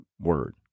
word